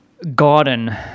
garden